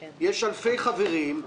יש אלפי חברים.